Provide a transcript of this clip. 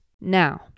now